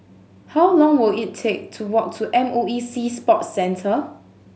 how long will it take to walk to M O E Sea Sports Centre